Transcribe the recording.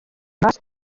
más